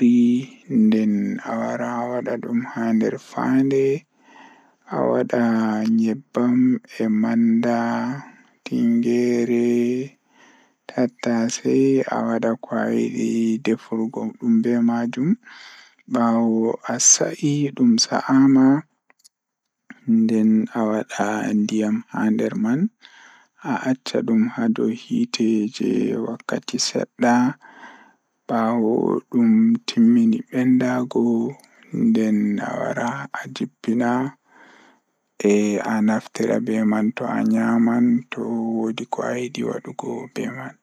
ngal rewɓe waɗude ngal ngal.